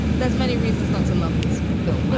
there's many reasons not to love this film.